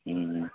ହୁଁ